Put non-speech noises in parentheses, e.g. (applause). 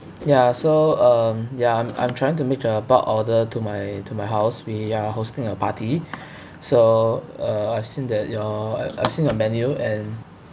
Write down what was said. ya so um ya I'm I'm trying to make a bulk order to my to my house we are hosting a party (breath) so uh I've seen that your I've I've seen your menu and